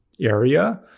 area